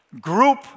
group